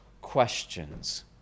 questions